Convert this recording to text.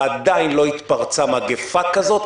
ועדיין לא התפרצה מגיפה כזאת,